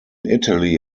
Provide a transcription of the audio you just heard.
italy